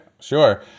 sure